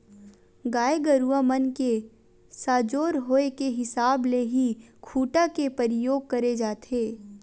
गाय गरुवा मन के सजोर होय के हिसाब ले ही खूटा के परियोग करे जाथे